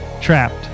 trapped